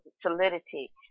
solidity